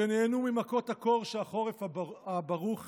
שנהנו ממכות הקור שהחורף הברוך